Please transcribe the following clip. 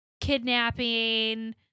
kidnapping